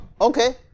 Okay